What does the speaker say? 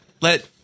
Let